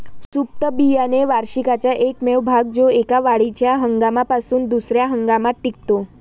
सुप्त बियाणे वार्षिकाचा एकमेव भाग जो एका वाढीच्या हंगामापासून दुसर्या हंगामात टिकतो